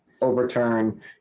overturn